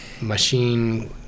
Machine